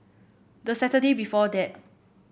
the Saturday before that